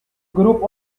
group